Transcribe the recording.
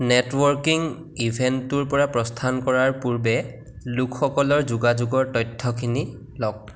networking ইভেণ্টটোৰ পৰা প্ৰস্থান কৰাৰ পূৰ্বে লোকসকলৰ যোগাযোগৰ তথ্যখিনি লওক